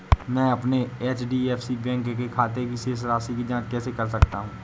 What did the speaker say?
मैं अपने HDFC bank के खाते की शेष राशि की जाँच कैसे कर सकता हूँ?